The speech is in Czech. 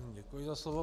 Děkuji za slovo.